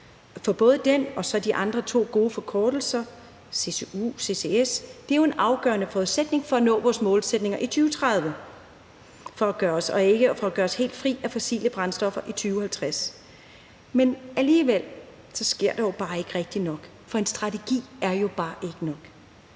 for både den og de andre to gode forkortelser, CCU og CCS, er jo en afgørende forudsætning for at nå vores målsætninger i 2030 og for at gøre os helt fri af fossile brændstoffer i 2050. Men alligevel sker der bare ikke rigtig nok, for en strategi er jo bare ikke nok.